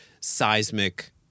seismic